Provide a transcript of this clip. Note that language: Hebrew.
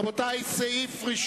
זה יהיה תקדים עולמי היסטורי.